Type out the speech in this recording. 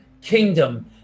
kingdom